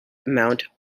amount